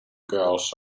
girls